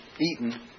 eaten